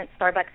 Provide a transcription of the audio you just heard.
Starbucks